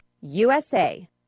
USA